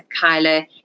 Kyla